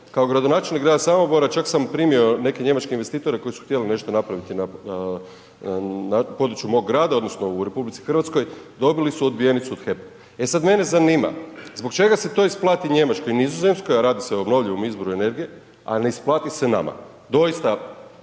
Kao gradonačelnik grada Samobora čak sam primio neke njemačke investitore koji su htjeli nešto napraviti na području mog grada odnosno u RH, dobili su odbijenicu od HEP-a. E sad mene zanima, zbog čega se to isplati Njemačkoj i Nizozemskoj a radi se o obnovljivom izvoru energije a ne isplati se nama? Doista,